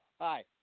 hi